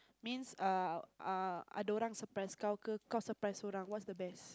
means uh uh uh surprise Kau Ke Kau surprise orang what's the best